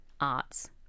arts